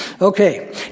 Okay